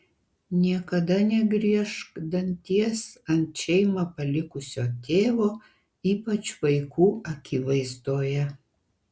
niekada negriežk danties ant šeimą palikusio tėvo ypač vaikų akivaizdoje